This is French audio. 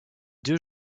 deux